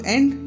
End